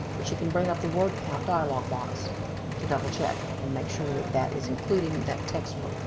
but you can bring up the word count dialog box to double check and make sure that that is including that text but